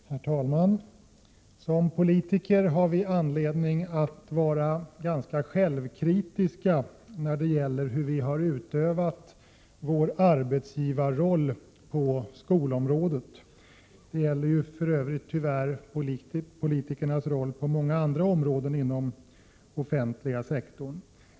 Herr talman! Som politiker har vi anledning att vara ganska självkritiska när det gäller hur vi har utövat vår arbetsgivarroll på skolområdet. Det gäller ju tyvärr för övrigt även politikernas roll på många andra områden inom den offentliga sektorn.